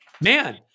man